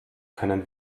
können